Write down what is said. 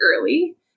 early